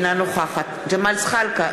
אינה נוכחת ג'מאל זחאלקה,